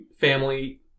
family